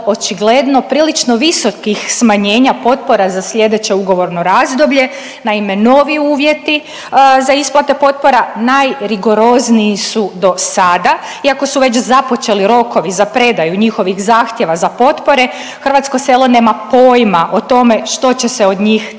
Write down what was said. očigledno prilično visokih smanjenja potpora za slijedeće ugovorno razdoblje. Naime, novi uvjeti za isplate potpora najrigorozniji su dosada iako su već započeli rokovi za predaju njihovih zahtjeva za potpore hrvatsko selo nema pojma o tome što će se od njih